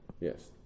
Yes